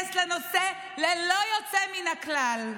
להתגייס לנושא ללא יוצא מן הכלל.